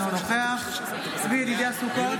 אינו נוכח צבי ידידיה סוכות,